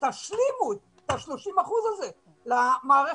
תשלימו את ה-30% האלה למערכת,